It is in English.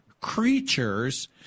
creatures